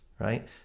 right